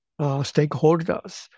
stakeholders